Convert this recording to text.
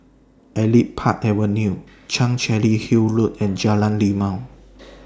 Elite Park Avenue Chancery Hill Road and Jalan Rimau